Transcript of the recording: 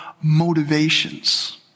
motivations